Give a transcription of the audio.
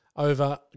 over